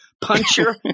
puncher